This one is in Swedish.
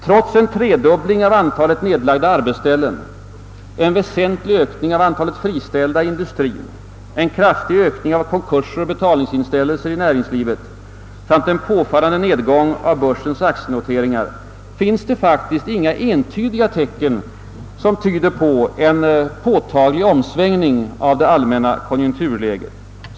Trots en tredubbling av antalet nedlagda arbetsställen, en väsentlig ökning av antalet friställda i industrien, en kraftig ökning av konkurser och betalningsinställelser samt en påfallande nedgång av börsens aktienoteringar finns det inga entydiga tecken på en påtaglig omsvängning i det allmänna konjunkturläget.